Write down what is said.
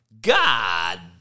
God